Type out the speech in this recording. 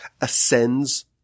ascends